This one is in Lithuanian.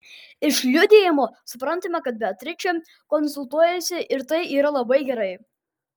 iš liudijimo suprantame kad beatričė konsultuojasi ir tai yra labai gerai